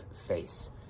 face